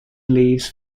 leaves